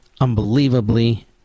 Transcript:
unbelievably